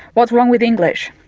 what's wrong with english?